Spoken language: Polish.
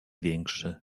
większy